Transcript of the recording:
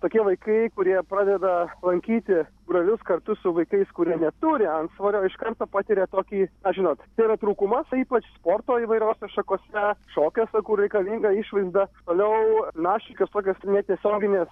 tokie vaikai kurie pradeda lankyti būrelius kartu su vaikais kurie neturi antsvorio iš karto patiria tokį na žinot tai yra trūkumas ypač sporto įvairiose šakose šokiuose kur reikalinga išvaizda toliau na šiokios tokios netiesioginės